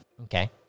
okay